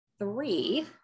Three